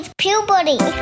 puberty